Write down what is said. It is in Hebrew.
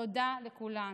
תודה לכולן.